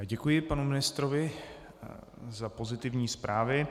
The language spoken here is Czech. Děkuji panu ministrovi za pozitivní zprávy.